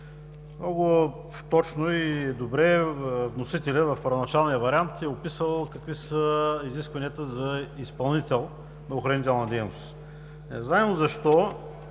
Много точно и добре вносителят в първоначалния вариант е описал какви са изискванията за изпълнител на охранителна дейност. Незнайно защо